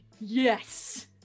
Yes